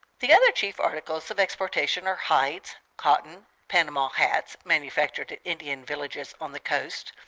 the other chief articles of exportation are hides, cotton, panama hats, manufactured at indian villages on the coast,